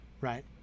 right